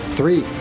Three